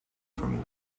from